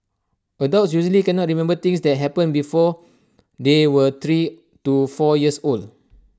adults usually cannot remember things that happened before they were three to four years old